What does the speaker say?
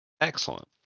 excellent